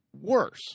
worse